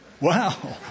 Wow